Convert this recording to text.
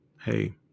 Hey